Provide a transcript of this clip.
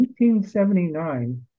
1879